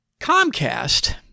Comcast